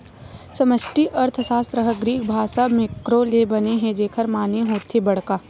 समस्टि अर्थसास्त्र ह ग्रीक भासा मेंक्रो ले बने हे जेखर माने होथे बड़का